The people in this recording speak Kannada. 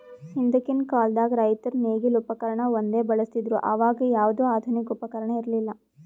ಹಿಂದಕ್ಕಿನ್ ಕಾಲದಾಗ್ ರೈತರ್ ನೇಗಿಲ್ ಉಪಕರ್ಣ ಒಂದೇ ಬಳಸ್ತಿದ್ರು ಅವಾಗ ಯಾವ್ದು ಆಧುನಿಕ್ ಉಪಕರ್ಣ ಇರ್ಲಿಲ್ಲಾ